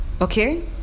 Okay